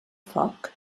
foc